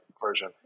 version